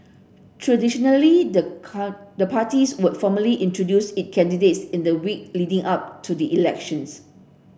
traditionally the car the party would formally introduce its candidates in the week leading up to the elections